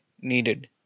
needed